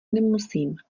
nemusím